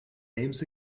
names